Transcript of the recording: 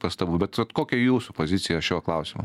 pastabų bet vat kokia jūsų pozicija šiuo klausimu